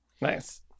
Nice